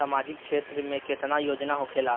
सामाजिक क्षेत्र में केतना योजना होखेला?